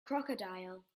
crocodile